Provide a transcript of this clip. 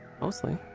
mostly